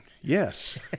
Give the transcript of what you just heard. Yes